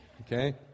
okay